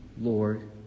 Lord